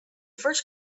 first